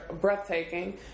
breathtaking